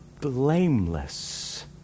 blameless